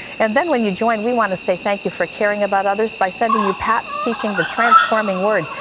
and then when you join we want to say thank you for caring about others by sending you pat's teaching the transforming word.